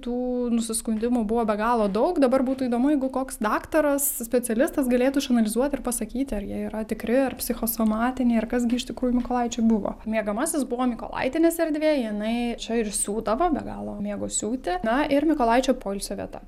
tų nusiskundimų buvo be galo daug dabar būtų įdomu jeigu koks daktaras specialistas galėtų išanalizuoti ir pasakyti ar jie yra tikri ar psichosomatiniai ar kas gi iš tikrųjų mykolaičiui buvo miegamasis buvo mykolaitienės erdvė jinai čia ir siūdavo be galo mėgo siūti na ir mykolaičio poilsio vieta